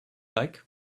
like